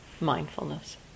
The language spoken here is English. mindfulness